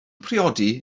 priodi